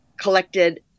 collected